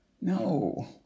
No